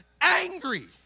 angry